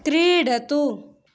क्रीडतु